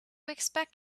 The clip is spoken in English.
expect